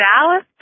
Dallas